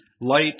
light